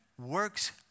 works